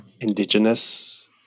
indigenous